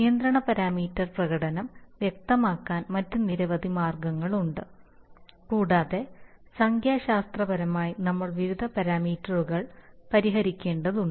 നിയന്ത്രണ പാരാമീറ്റർ പ്രകടനം വ്യക്തമാക്കാൻ മറ്റ് നിരവധി മാർഗങ്ങളുണ്ട് കൂടാതെ സംഖ്യാശാസ്ത്രപരമായി നമ്മൾ വിവിധ പാരാമീറ്ററുകൾ പരിഹരിക്കേണ്ടതുണ്ട്